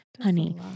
Honey